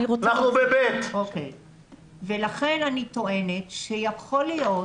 אני טוענת שיכול להיות